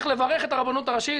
צריך לברך את הרבנות הראשית,